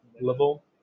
level